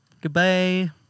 Goodbye